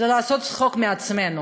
זה לעשות צחוק מעצמנו.